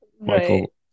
Michael